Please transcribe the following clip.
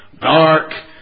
dark